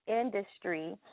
industry